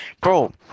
bro